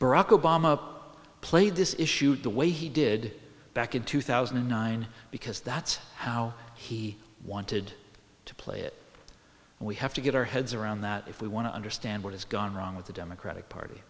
obama played this issue the way he did back in two thousand and nine because that's how he wanted to play it and we have to get our heads around that if we want to understand what has gone wrong with the democratic party